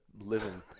living